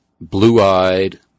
blue-eyed